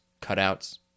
cutouts